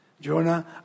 Jonah